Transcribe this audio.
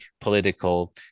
political